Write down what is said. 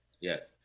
Yes